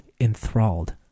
enthralled